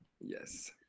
yes